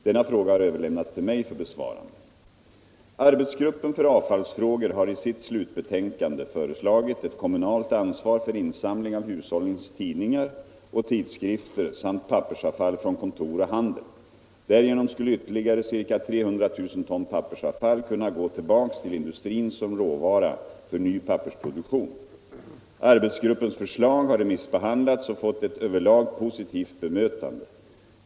Denna fråga har överlämnats till mig för besvarande. Arbetsgruppen för avfallsfrågor har i sitt slutbetänkande föreslagit ett kommunalt ansvar för insamling av hushållens tidningar och tidskrifter samt pappersavfall från kontor och handel. Därigenom skulle ytterligare ca 300 000 ton pappersavfall kunna gå tillbaka till industrin som råvara för ny pappersproduktion. Arbetsgruppens förslag har remissbehandlats och fått ett över lag positivt bemötande.